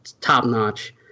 top-notch